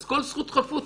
אז כל זכות חפות.